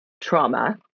trauma